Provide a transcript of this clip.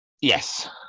Yes